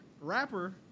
rapper